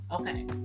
Okay